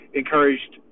encouraged